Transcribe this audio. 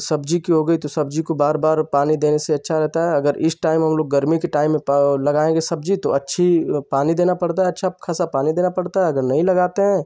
सब्जी कि हो गई तो सब्जी को बार बार पानी देने से अच्छा रहता है अगर इस टाइम हम लोग गर्मी के टाइम में पा लगाएंगे सब्जी तो अच्छी वो में पानी देना पड़ता है अच्छा खासा पानी देना पड़ता है अगर नहीं लगाते हैं